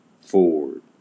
Ford